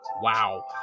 Wow